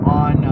on